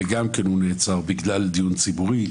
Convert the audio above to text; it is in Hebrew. וגם הוא נעצר בגלל דיון ציבורי.